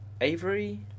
Avery